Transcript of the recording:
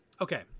okay